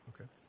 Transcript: Okay